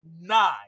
nine